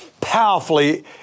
powerfully